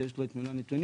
ויש לו את מלוא הנתונים.